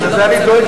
אני לא,